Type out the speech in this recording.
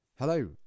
Hello